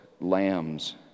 lambs